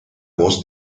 voz